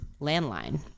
Landline